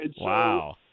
Wow